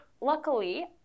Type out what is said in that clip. luckily